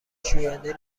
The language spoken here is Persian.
شوینده